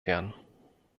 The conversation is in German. werden